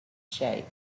shape